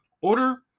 Order